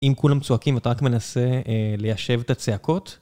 אם כולם צועקים ואתה רק מנסה ליישב את הצעקות.